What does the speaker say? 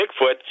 Bigfoot